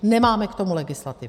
Nemáme k tomu legislativu.